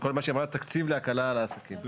היא אמרה: תקציב להקלה על העסקים.